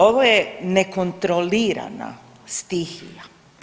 Ovo je nekontrolirana stihija.